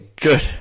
Good